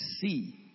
See